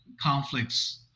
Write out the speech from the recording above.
conflicts